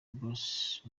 bezos